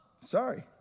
Sorry